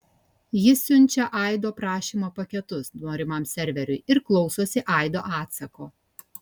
jis siunčia aido prašymo paketus norimam serveriui ir klausosi aido atsako